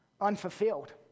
unfulfilled